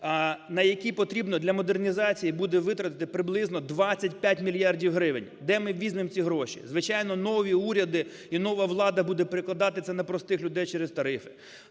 на які потрібно для модернізації буде витратити приблизно 25 мільярдів гривень. Де ми візьмемо ці гроші? Звичайно, нові уряди і нова влада буде перекладати це на простих людей через тарифи.